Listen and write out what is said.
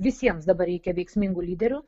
visiems dabar reikia veiksmingų lyderių